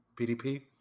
PDP